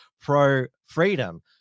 pro-freedom